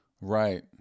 right